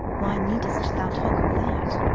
why needest thou talk of that?